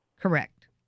Correct